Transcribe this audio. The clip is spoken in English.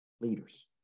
leaders